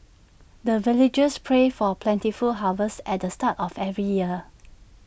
the villagers pray for plentiful harvest at the start of every year